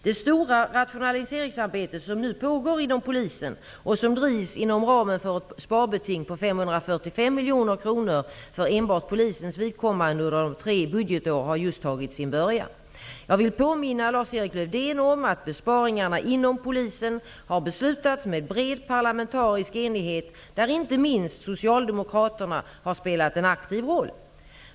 Det stora rationaliseringsarbete som nu pågår inom polisen och som drivs inom ramen för ett sparbeting på 545 miljoner kronor för enbart polisens vidkommande under tre budgetår har just tagit sin början. Jag vill påminna Lars-Erik Lövdén om att besparingarna inom polisen har beslutats med bred parlamentarisk enighet. Inte minst socialdemokraterna har spelat en aktiv roll.